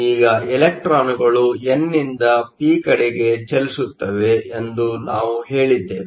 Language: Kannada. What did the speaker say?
ಈಗ ಇಲೆಕ್ಟ್ರಾನ್ಗಳು ಎನ್ ನಿಂದ ಪಿ ಕಡೆಗೆ ಚಲಿಸುತ್ತವೆ ಎಂದು ನಾವು ಹೇಳಿದ್ದೇವೆ